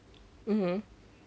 (uh huh)